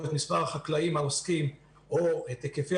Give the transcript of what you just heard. את מספר החקלאים העוסקים או את היקפי